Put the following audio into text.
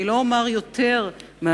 אני לא אומר יותר מצה"ל,